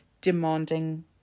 demanding